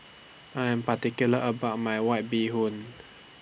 I Am particular about My White Bee Hoon